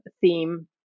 theme